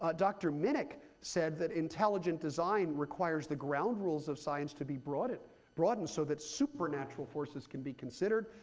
ah dr. minnich said that intelligent design requires the ground rules of science to be broadened broadened so that supernatural forces can be considered.